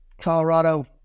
colorado